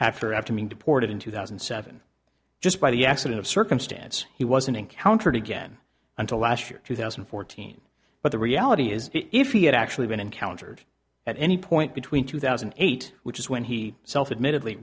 after after being deported in two thousand and seven just by the accident of circumstance he wasn't encountered again until last year two thousand and fourteen but the reality is if he had actually been encountered at any point between two thousand and eight which is when he self admittedly